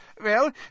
Well